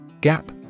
Gap